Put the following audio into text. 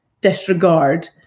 disregard